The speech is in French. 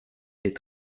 est